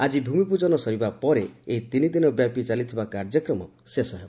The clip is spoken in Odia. ଆଜି ଭୂମିପ୍ରଜା ସରିବା ପରେ ଏହି ତିନିଦିନ ବ୍ୟାପୀ ଚାଲିଥିବା କାର୍ଯ୍ୟକ୍ରମ ଶେଷ ହେବ